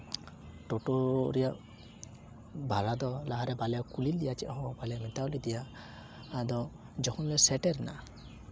ᱴᱳᱴᱳ ᱨᱮᱭᱟᱜ ᱵᱷᱟᱲᱟ ᱫᱚ ᱞᱟᱦᱟᱨᱮ ᱵᱟᱞᱮ ᱠᱩᱞᱤ ᱞᱮᱫᱮᱭᱟ ᱵᱟᱞᱮ ᱢᱮᱛᱟ ᱟᱫᱮᱭᱟ ᱟᱫᱚ ᱡᱚᱠᱷᱚᱱᱞᱮ ᱥᱮᱴᱮᱨᱮᱱᱟ